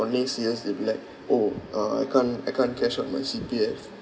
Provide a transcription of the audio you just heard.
on next years they'll be like orh uh I can't I can't cash out my C_P_F